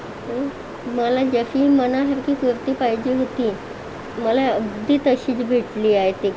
मला जशी मनासारखी कुर्ती पाहिजे होती मला अगदी तशीच भेटली आहे ती कुर्ती